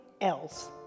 else